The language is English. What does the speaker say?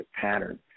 pattern